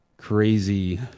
Crazy